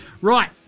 Right